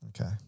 Okay